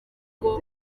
ubwo